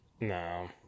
no